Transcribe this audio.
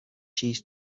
chief